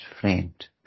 friend